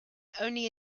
only